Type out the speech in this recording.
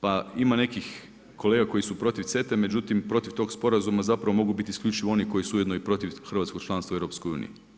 Pa ima nekih kolega koji su protiv CETE, međutim protiv tog sporazuma zapravo mogu biti isključivo oni koji su ujedino protiv hrvatskog članstva u EU.